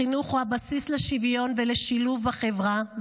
החינוך הוא הבסיס לשוויון ולשילוב בחברה,